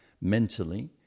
mentally